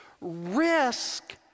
risk